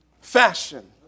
fashion